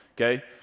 Okay